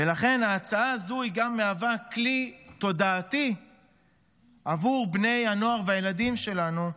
ולכן ההצעה הזו גם מהווה כלי תודעתי עבור בני הנוער והילדים שלנו,